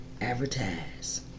advertise